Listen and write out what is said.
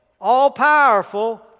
all-powerful